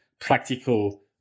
practical